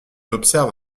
observe